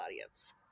audience